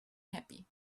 happy